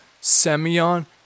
Semyon